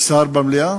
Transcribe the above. יש שר במליאה?